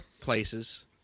Places